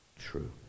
true